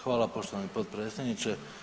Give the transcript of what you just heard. Hvala poštovani potpredsjedniče.